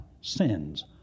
sins